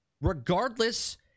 regardless